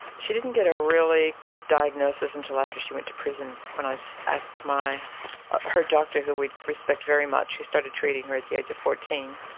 she didn't get a really good diagnosis until after she went to prison. when i so asked her doctor, who we respect very much, who started treating her at the age of fourteen,